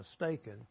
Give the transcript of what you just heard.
mistaken